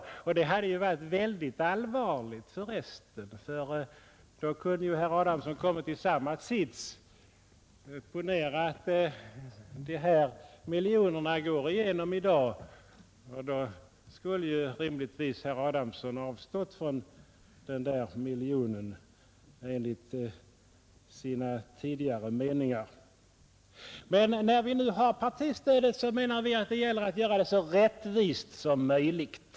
Det hade ju för resten varit mycket allvarligt; då kunde ju herr Adamsson ha kommit i samma situation. Ponera att förslaget om 1 miljon i grundbidrag går igenom i dag. Då skulle ju herr Adamsson rimligtvis avstå från den miljonen, i enlighet med sina tidigare åsikter. Men när vi nu har partistödet, menar vi att det gäller att utforma det så rättvist som möjligt.